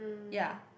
ya